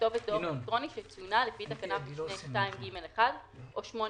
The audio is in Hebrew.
כתובת דואר אלקטרוני שצוינה לפי תקנת משנה 2(ג)(1) או 8(ב)(1),